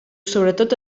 sobretot